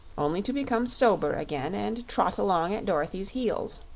only to become sober again and trot along at dorothy's heels.